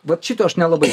vat šito aš nelabai